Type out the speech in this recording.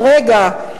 כרגע,